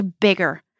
bigger